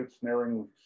snaring